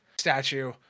statue